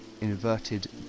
inverted